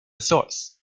source